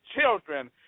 children